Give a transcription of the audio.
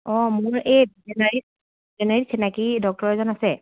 অঁ মোৰ এই ভেটেনাৰী ভেটেনাৰী চিনাকি ডক্টৰ এজন আছে